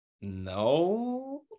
No